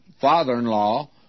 father-in-law